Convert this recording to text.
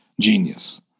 genius